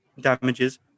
damages